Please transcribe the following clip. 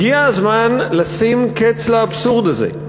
הגיע הזמן לשים קץ לאבסורד הזה.